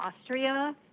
Austria